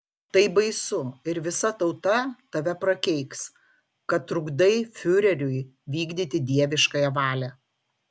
tai baisu ir visa tauta tave prakeiks kad trukdai fiureriui vykdyti dieviškąją valią